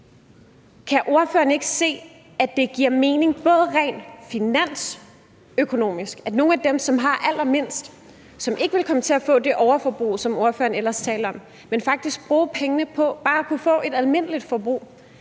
Kan ordføreren ikke se, at det giver mening rent finansøkonomisk, at nogle af dem, som har allermindst, og som ikke vil komme til at få det overforbrug, som ordføreren ellers talte om, men faktisk vil bruge pengene på et almindeligt forbrug,